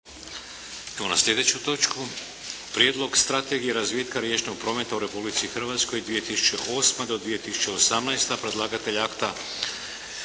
Vladimir (HDZ)** - Prijedlog strategije razvitka riječnog prometa u Republici Hrvatskoj (2008.-2018.) Predlagatelj akta